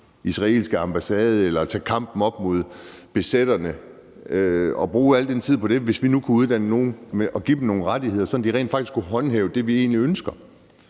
israelske ambassade eller tage kampen op mod besætterne, hvis vi nu kunne uddanne nogle andre og give dem nogle rettigheder, sådan at de rent faktisk kunne håndhæve det, vi egentlig ønsker